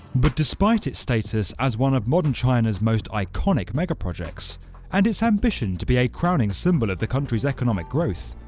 but despite its status as one of modern china's most iconic mega projects and its ambition to be a crowning symbol of the country's economic growth,